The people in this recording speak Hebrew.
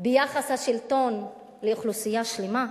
ביחס השלטון לאוכלוסייה שלמה.